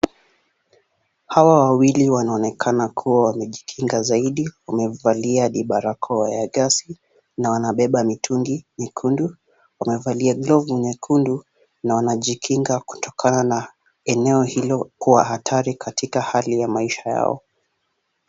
Hawa wawili wanaonekana kuwa wamejikinga zaidi, wamevalia hadi barakoa ya gesi na wanabeba mitungi mikundu. Wamevalia glovu nyekundu na wanajikinga kutokana na eneo hilo kuwa hatari katika hali ya maisha yao.